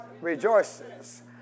Rejoices